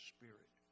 Spirit